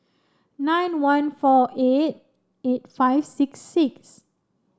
nine one four eight eight five six six